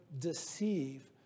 deceive